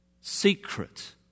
secret